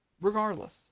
regardless